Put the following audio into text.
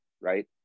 right